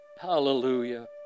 Hallelujah